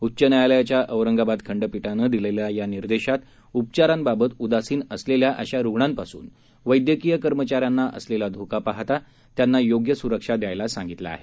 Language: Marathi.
उच्च न्यायालयाच्या औरंगाबाद खंडपीठानं दिलेल्या या निर्देशात उपचारांबाबत उदासीन असलेल्या अशा रुग्णांपासून वैदयकीय कर्मचाऱ्यांना असलेला धोका पाहता त्यांना योग्य स्रक्षा देण्यास सांगितलं आहे